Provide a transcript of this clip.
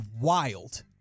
wild